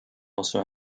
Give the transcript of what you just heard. also